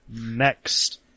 next